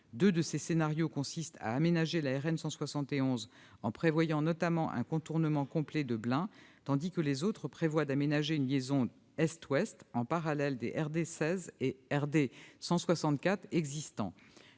Deux de ces scénarios consistent à aménager la RN 171, en prévoyant notamment un contournement complet de Blain, tandis que les autres prévoient d'aménager une liaison est-ouest en parallèle des RD 16 et RD 164 existantes.